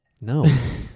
no